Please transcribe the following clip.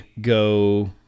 go